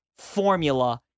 formula